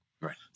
Right